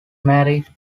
married